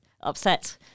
upset